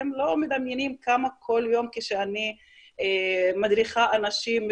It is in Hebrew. אתם לא מדמיינים כמה כל יום כשאני מדריכה אנשים,